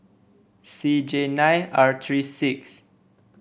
C J nine R three six